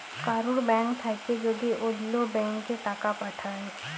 কারুর ব্যাঙ্ক থাক্যে যদি ওল্য ব্যাংকে টাকা পাঠায়